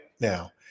now